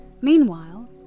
Meanwhile